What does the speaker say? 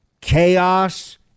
chaos